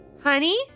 Honey